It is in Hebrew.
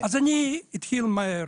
אז אני מתחיל מהר.